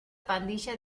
pandilla